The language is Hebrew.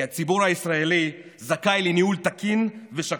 כי הציבור הישראלי זכאי לניהול תקין ושקוף,